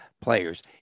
players